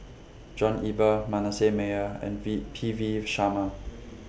John Eber Manasseh Meyer and V P V Sharma